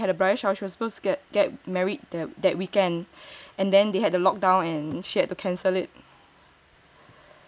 for my friend ya we had a bridal shower she was supposed to get married that weekend and then they had a lockdown and she had to cancel it